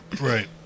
Right